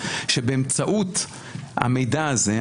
שבאמצעות המידע הזה,